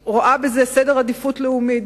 אני רואה בזה עדיפות לאומית,